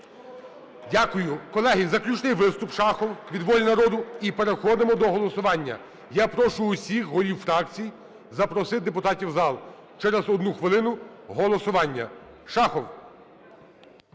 Дякую. Колеги, заключний виступ, Шахов від "Волі народу". І переходимо до голосування. Я прошу усіх голів фракцій запросити депутатів в зал, через одну хвилину – голосування. Шахов.